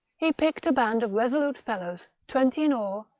he picked a band of resolute fellows, twenty in all,